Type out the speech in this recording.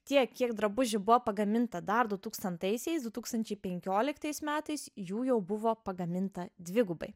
tiek kiek drabužių buvo pagaminta dar du tūkstantaisiais du tūkstančiai penkioliktais metais jų jau buvo pagaminta dvigubai